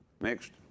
Next